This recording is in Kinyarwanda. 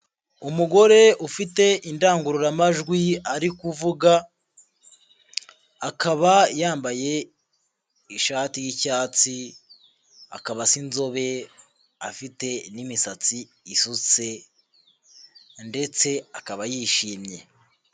Umugore ufite indangururamajwi ari kuvuga. Akaba yambaye ishati y'icyatsi, akaba asa inzobe, afite n'imisatsi isutse ndetse akaba yishimye.